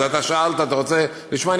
אז אתה שאלת, אתה רוצה לשמוע?